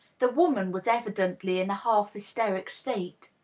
the woman was evidently in a half-hysteric state.